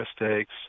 mistakes